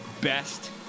best